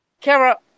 Kara